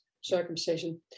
circumcision